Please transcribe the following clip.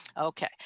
Okay